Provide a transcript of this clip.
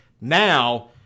Now